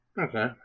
Okay